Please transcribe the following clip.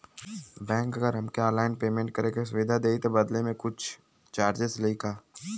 Bank अगर हमके online payment करे के सुविधा देही त बदले में कुछ चार्जेस लेही का?